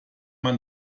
man